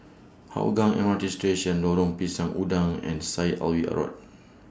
Hougang M R T Station Lorong Pisang Udang and Syed Alwi Road